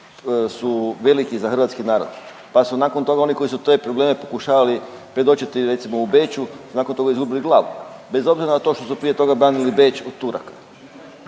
su veliki za hrvatski narod. Pa su nakon toga oni koji su te probleme pokušavali predočiti recimo u Beču, nakon toga izgubili glavu. Bez obzira na to što su prije toga branili Beč od Turaka.